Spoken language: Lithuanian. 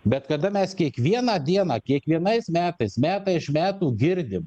bet kada mes kiekvieną dieną kiekvienais metais metai iš metų girdim